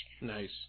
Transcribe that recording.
Nice